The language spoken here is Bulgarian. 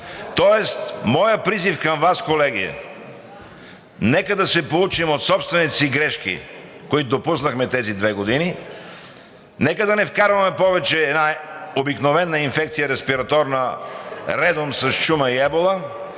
Моят призив към Вас, колеги, е: нека да се поучим от собствените си грешки, които допуснахме в тези две години, нека да не вкарваме повече една обикновена инфекция – респираторна, редом с чума и ебола,